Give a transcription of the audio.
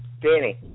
Danny